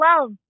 love